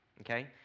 okay